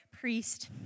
priest